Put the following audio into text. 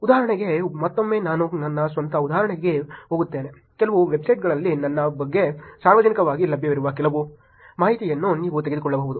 ಉದಾಹರಣೆಗೆ ಮತ್ತೊಮ್ಮೆ ನಾನು ನನ್ನ ಸ್ವಂತ ಉದಾಹರಣೆಗೆ ಹೋಗುತ್ತೇನೆ ಕೆಲವು ವೆಬ್ಸೈಟ್ಗಳಲ್ಲಿ ನನ್ನ ಬಗ್ಗೆ ಸಾರ್ವಜನಿಕವಾಗಿ ಲಭ್ಯವಿರುವ ಕೆಲವು ಮಾಹಿತಿಯನ್ನು ನೀವು ತೆಗೆದುಕೊಳ್ಳಬಹುದು